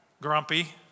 Grumpy